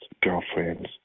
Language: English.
girlfriends